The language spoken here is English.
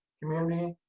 community,